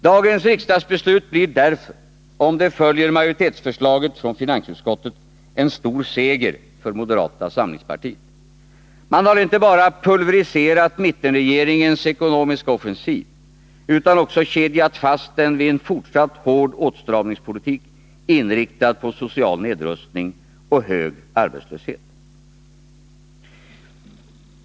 Dagens riksdagsbeslut blir därför, om det följer majoritetsförslaget från finansutskottet, en stor seger för moderata samlingspartiet. Man har inte bara pulvriserat mittenregeringens ekonomiska offensiv utan också kedjat fast den vid en fortsatt hård åtstramningspolitik, inriktad på social nedrustning och hög arbetslöshet.